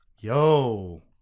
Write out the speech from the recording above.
Yo